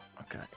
Okay